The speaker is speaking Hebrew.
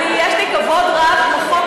יש לי כבוד רב לחוק,